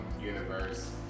universe